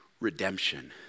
redemption